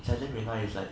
either twenty five is like